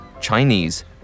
Chinese